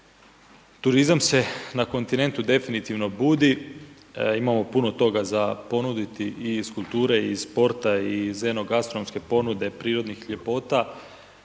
Turizam se na kontinentu definitivno budi, imamo puno toga za ponuditi i iz kulture i iz sporta i iz eno- gastronomske ponude prirodnih ljepota